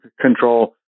control